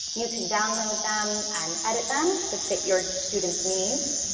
you can download them and edit them to fit your students needs.